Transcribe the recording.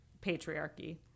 patriarchy